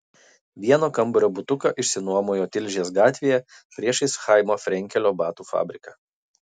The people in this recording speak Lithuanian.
vieno kambario butuką išsinuomojo tilžės gatvėje priešais chaimo frenkelio batų fabriką